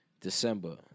December